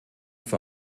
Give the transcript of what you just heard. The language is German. für